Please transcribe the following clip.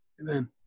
Amen